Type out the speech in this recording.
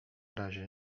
razie